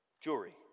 Jury